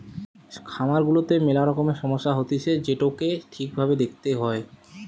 খামার গুলাতে মেলা রকমের সমস্যা হতিছে যেটোকে ঠিক ভাবে দেখতে হয়